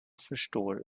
förstår